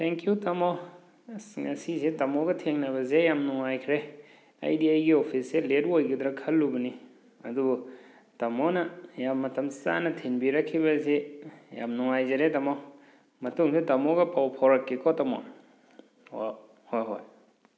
thank you ꯇꯥꯃꯣ ꯑꯁ ꯉꯁꯤꯁꯦ ꯇꯥꯃꯣꯒ ꯊꯦꯡꯅꯕꯁꯦ ꯌꯥꯝ ꯅꯨꯡꯉꯥꯏꯈ꯭ꯔꯦ ꯑꯩꯗꯤ ꯑꯩꯒꯤ ꯑꯣꯐꯤꯁꯁꯦ ꯂꯦꯠ ꯑꯣꯏꯒꯗ꯭ꯔꯥ ꯈꯜꯂꯨꯕꯅꯤ ꯑꯗꯨꯕꯨ ꯇꯥꯃꯣꯅ ꯌꯥꯝ ꯃꯇꯝ ꯆꯥꯅ ꯊꯤꯟꯕꯤꯔꯛꯈꯤꯕꯁꯤ ꯌꯥꯝ ꯅꯨꯡꯉꯥꯏꯖꯔꯦ ꯇꯥꯃꯣ ꯃꯇꯨꯡꯗ ꯇꯥꯃꯣꯒ ꯄꯥꯎ ꯐꯥꯎꯔꯛꯀꯦꯀꯣ ꯇꯥꯃꯣ ꯑꯣ ꯍꯣ ꯍꯣꯏ